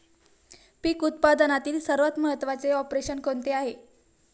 पीक उत्पादनातील सर्वात महत्त्वाचे ऑपरेशन कोणते आहे?